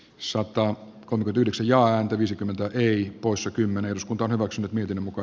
saattaahan kompit yhdeksän ja viisikymmentä ei poissa kymmenes on omaksunut miten muka